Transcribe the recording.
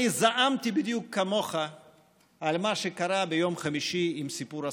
אני זעמתי בדיוק כמוך על מה שקרה ביום חמישי עם סיפור הסגר.